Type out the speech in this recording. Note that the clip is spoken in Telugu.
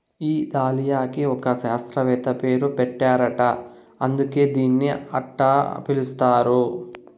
ఈ దాలియాకి ఒక శాస్త్రవేత్త పేరు పెట్టారట అందుకే దీన్ని అట్టా పిలుస్తారు